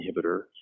inhibitor